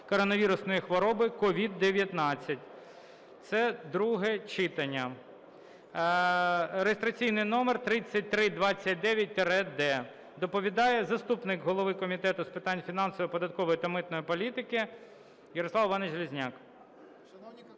коронавірусної хвороби (COVID-19). Це друге читання. Реєстраційний номер 3329-д. Доповідає заступник голови Комітету з питань фінансів, податкової та митної політики Ярослав Іванович Железняк.